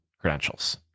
credentials